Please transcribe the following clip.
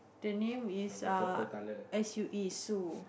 the name is err S U E Sue